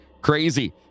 crazy